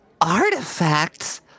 Artifacts